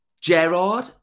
Gerard